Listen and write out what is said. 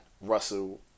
Russell